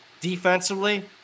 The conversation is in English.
Defensively